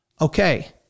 Okay